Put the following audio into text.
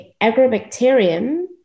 agrobacterium